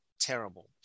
terrible